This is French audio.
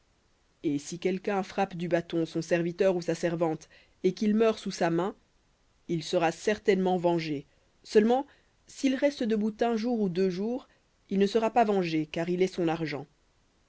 et si quelqu'un frappe du bâton son serviteur ou sa servante et qu'il meure sous sa main il sera certainement vengé seulement s'il reste debout un jour ou deux jours il ne sera pas vengé car il est son argent